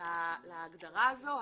להגדרה הזאת.